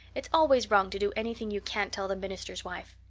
it's always wrong to do anything you can't tell the minister's wife.